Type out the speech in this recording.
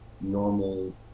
normal